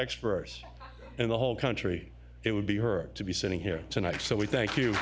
expert in the whole country it would be her to be sitting here tonight so we thank you